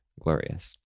glorious